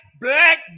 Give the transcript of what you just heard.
black